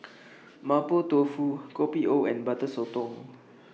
Mapo Tofu Kopi O and Butter Sotong